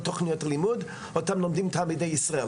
תוכניות הלימוד אותם לומדים תלמידי ישראל.